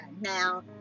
Now